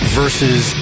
versus